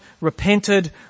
repented